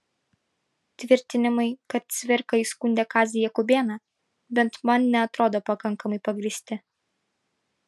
tvirtinimai kad cvirka įskundė kazį jakubėną bent man neatrodo pakankamai pagrįsti